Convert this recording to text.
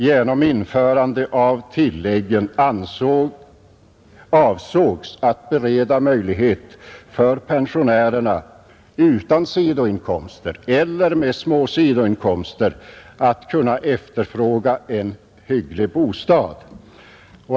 Genom införandet av tilläggen avsåg man att bereda folkpension möjlighet för pensionärer utan sidoinkomster eller med små sidoinkomster att efterfråga en hygglig bostad.